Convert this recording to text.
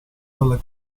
dalle